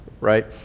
right